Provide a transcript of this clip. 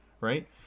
Right